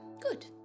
Good